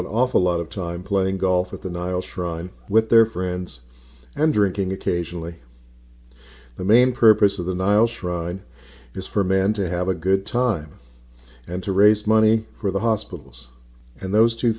an awful lot of time playing golf at the nile shrine with their friends and drinking occasionally the main purpose of the nile shrine is for men to have a good time and to raise money for the hospitals and those two